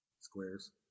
Squares